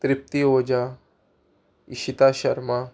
Tripti Oza Ishita Sharma